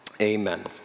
amen